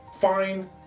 fine